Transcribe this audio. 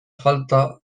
falta